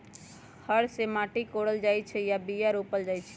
हर से माटि कोरल जाइ छै आऽ बीया रोप्ल जाइ छै